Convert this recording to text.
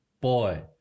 boy